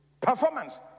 Performance